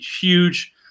huge